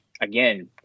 again